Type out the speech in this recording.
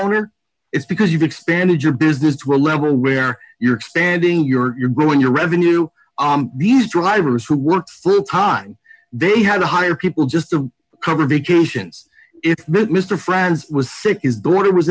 owner it's because you've expanded your business to a level where you're standing you're growing your revenue these drivers who work full time they had to hire people just to cover vacations if mr francis was sick his daughter was